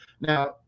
Now